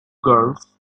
girls